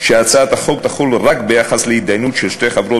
שהצעת החוק תחול רק על התדיינות של שתי חברות